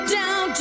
down